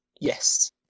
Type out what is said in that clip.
Yes